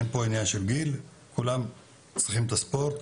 אין פה עניין של גיל, כולם צריכים את הספורט.